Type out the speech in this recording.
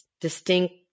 distinct